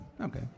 Okay